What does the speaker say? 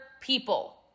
people